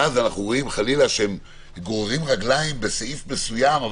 ואז אנחנו רואים חלילה שהם גוררים רגליים בסעיף מסוים,